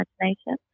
imagination